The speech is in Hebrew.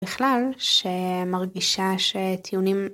בכלל שמרגישה שטיעונים